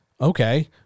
okay